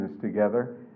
together